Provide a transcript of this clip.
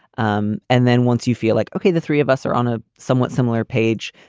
um and then once you feel like, okay, the three of us are on a somewhat similar page,